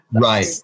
Right